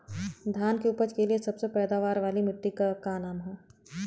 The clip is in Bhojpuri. धान की उपज के लिए सबसे पैदावार वाली मिट्टी क का नाम ह?